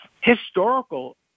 historical